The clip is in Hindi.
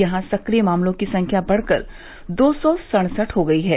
यहां सक्रिय मामलों की संख्या बढ़कर दो सौ सड़सठ हो गयी है